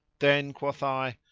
then quoth i,